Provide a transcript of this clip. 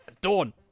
Dawn